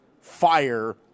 fire